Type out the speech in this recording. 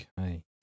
Okay